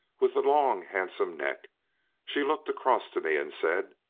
with a long handsome neck she looked across to me and said,